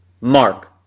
mark